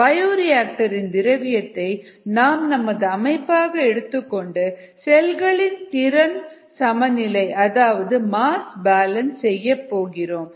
bioreactor இன் திரவியத்தை நாம் நமது அமைப்பாக எடுத்துக்கொண்டு செல்களின் திறள் சமநிலை அதாவது மாஸ் பேலன்ஸ் செய்யப் போகிறோம்